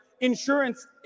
insurance